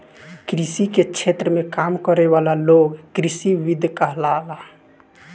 कृषि के क्षेत्र में काम करे वाला लोग कृषिविद कहाला